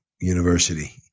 university